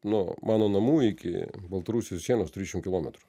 nuo mano namų iki baltarusijos sienos trisdešim kilometrų